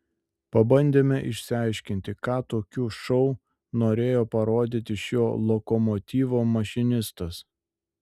pabandėme išsiaiškinti ką tokiu šou norėjo parodyti šio lokomotyvo mašinistas